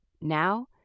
Now